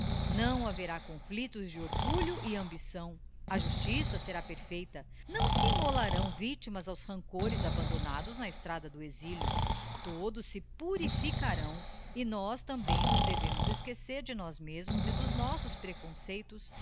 não haverá conflictosde orgulho e ambição a justiça será perfeita não se immolarão victimas aos rancores abandonados na estrada do exilio todos se purificarão e nós também nos devemos esquecer de nós mesmos e dos nossos preconceitos